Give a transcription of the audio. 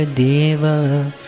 deva